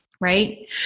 Right